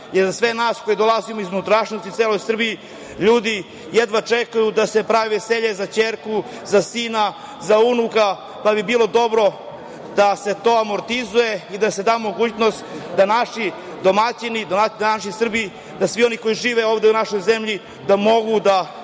jer za sve nas koji dolazimo iz unutrašnjosti, iz cele Srbiji ljudi jedva čekaju da se prave veselja za ćerku, za sina, za unuka, pa bi bilo dobro da se to amortizuje i da se da mogućnost da naši domaćini, da naši Srbi, da svi oni koji žive uz našoj zemlji da mogu da